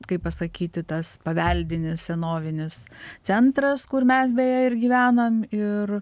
kaip pasakyti tas paveldinis senovinis centras kur mes beje ir gyvenam ir